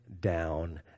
down